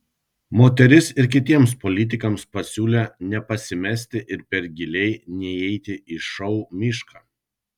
moteris ir kitiems politikams pasiūlė nepasimesti ir per giliai neįeiti į šou mišką